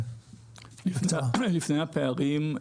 לפני הפערים,